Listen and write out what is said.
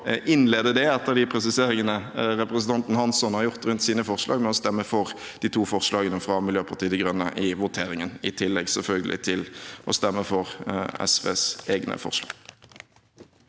innlede det – etter de presiseringene representanten Hansson har gjort rundt sine forslag – med å stemme for de to forslagene fra Miljøpartiet De Grønne i voteringen, selvfølgelig i tillegg til å stemme for de forslag